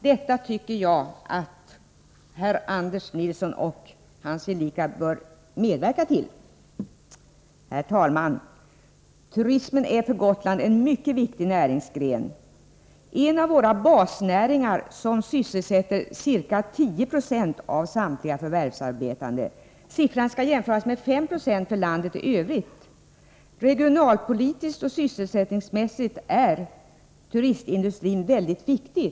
Detta bör herr Anders Nilsson och hans gelikar medverka till. Turismen är för Gotland en mycket viktig näringsgren. Turismen är en av våra basnäringar, som sysselsätter ca 10 96 av samtliga förvärvsarbetande där. Siffran skall jämföras med 5 90 för landet i övrigt. Regionalpolitiskt och sysselsättningsmässigt är turistindustrin mycket viktig.